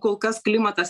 kol kas klimatas